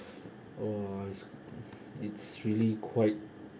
uh it's it's really quite